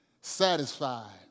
Satisfied